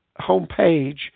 homepage